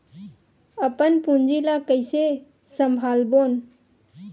अपन पूंजी ला कइसे संभालबोन?